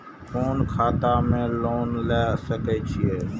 कोन खाता में लोन ले सके छिये?